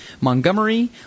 Montgomery